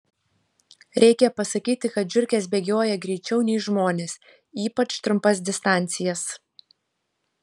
reikia pasakyti kad žiurkės bėgioja greičiau nei žmonės ypač trumpas distancijas